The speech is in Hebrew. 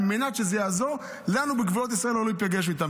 על מנת שזה יעזור לנו בגבולות ישראל לא להיפגש איתם.